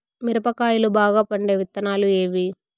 మిరప కాయలు బాగా పండే విత్తనాలు ఏవి